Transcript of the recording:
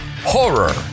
horror